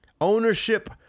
ownership